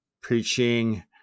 preaching